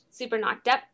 SuperKnockedUp